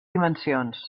dimensions